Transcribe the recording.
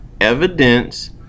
evidence